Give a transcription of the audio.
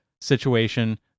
situation